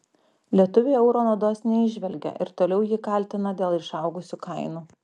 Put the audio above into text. lietuviai euro naudos neįžvelgia ir toliau jį kaltina dėl išaugusių kainų